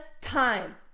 time